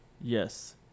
Yes